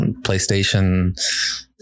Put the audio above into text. PlayStation